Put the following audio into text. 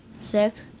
Six